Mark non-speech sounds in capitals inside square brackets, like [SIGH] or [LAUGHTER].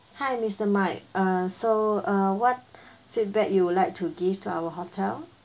hi mister mike uh so uh what [BREATH] feedback you would like to give to our hotel